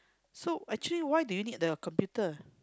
so actually why do you need the computer